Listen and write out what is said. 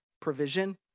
provision